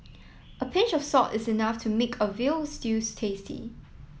a pinch of salt is enough to make a veal stews tasty